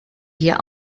hier